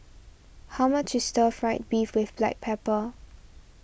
how much is Stir Fried Beef with Black Pepper